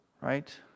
right